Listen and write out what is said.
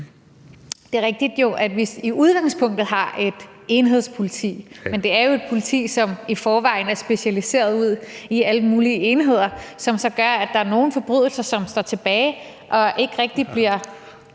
Det er jo rigtigt, at vi i udgangspunktet har et enhedspoliti, men det er jo et politi, som i forvejen er specialiseret ud i alle mulige enheder, som så gør, at der er nogle forbrydelser, som står tilbage og ikke rigtig bliver